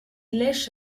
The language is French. lèches